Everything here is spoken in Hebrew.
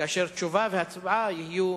תשובה והצבעה יהיו